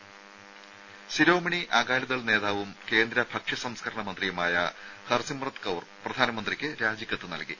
ദേഴ ശിരോമണി അകാലിദൾ നേതാവും കേന്ദ്ര ഭക്ഷ്യ സംസ്ക്കരണ മന്ത്രിയുമായ ഹർസിമ്രത് കൌർ പ്രധാനമന്ത്രിക്ക് രാജിക്കത്ത് നൽകി